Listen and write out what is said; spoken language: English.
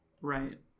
right